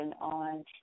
on